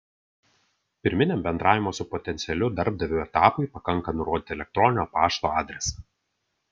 pirminiam bendravimo su potencialiu darbdaviu etapui pakanka nurodyti elektroninio pašto adresą